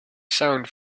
sound